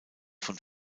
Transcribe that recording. von